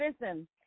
listen